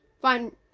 Fine